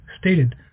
stated